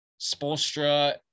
Spolstra